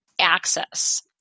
access